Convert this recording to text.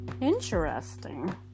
Interesting